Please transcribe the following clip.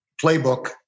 playbook